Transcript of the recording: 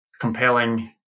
compelling